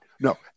no